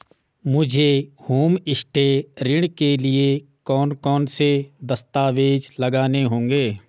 मुझे होमस्टे ऋण के लिए कौन कौनसे दस्तावेज़ लगाने होंगे?